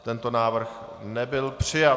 Tento návrh nebyl přijat.